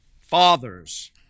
Fathers